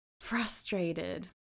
frustrated